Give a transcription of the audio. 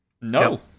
No